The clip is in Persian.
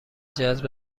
جذب